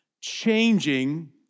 changing